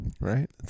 right